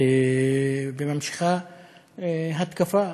וממשיכה התקפה.